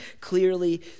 clearly